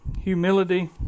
Humility